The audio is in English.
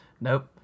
Nope